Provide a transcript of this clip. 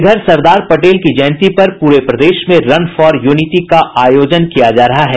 इधर सरदार पटेल की जयंती पर पूरे प्रदेश में रन फॉर यूनिटी का आयोजन किया जा रहा है